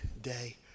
day